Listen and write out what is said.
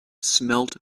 smelled